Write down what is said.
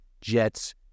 Jets